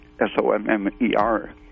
S-O-M-M-E-R